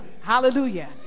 hallelujah